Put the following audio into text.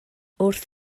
wrth